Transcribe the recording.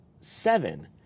seven